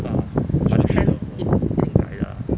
ah but trend 一定改 lah